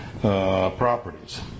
properties